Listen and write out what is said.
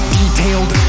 detailed